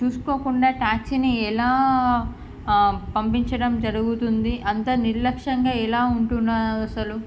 చూసుకోకుండా టాక్సీని ఎలా పంపించడం జరుగుతుంది అంత నిర్లక్ష్యంగా ఎలా ఉంటున్నారు అసలు